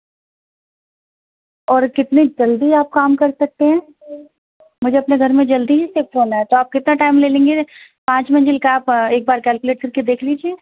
اور کتنے جلدی آپ کام کر سکتے ہیں مجھے اپنے گھر میں جلدی ہی سے ہونا ہے تو آپ کتنا ٹائم لے لیں گے پانچ منزل کا آپ ایک بار کیلکولیٹ کر کے دیکھ لیجیے